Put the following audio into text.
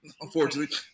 unfortunately